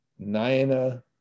Naina